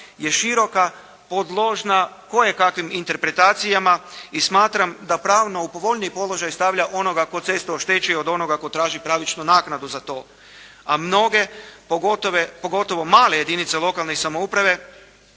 je široka podložna kojekakvim interpretacijama i smatram da pravno u povoljniji položaj stavlja onoga tko cestu oštećuje od onoga tko traži pravičnu naknadu za to, a mnoge pogotovo male jedinice lokalne samouprave